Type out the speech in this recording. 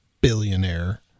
billionaire